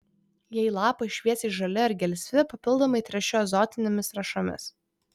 jei lapai šviesiai žali ar gelsvi papildomai tręšiu azotinėmis trąšomis